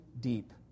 deep